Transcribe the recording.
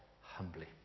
humbly